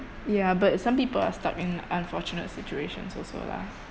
ya but some people are stuck in unfortunate situations also lah